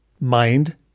Mind